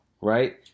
right